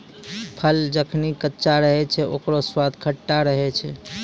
फल जखनि कच्चा रहै छै, ओकरौ स्वाद खट्टा रहै छै